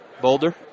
boulder